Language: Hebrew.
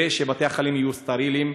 ושבתי-החולים יהיו סטריליים.